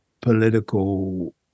political